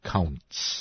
Counts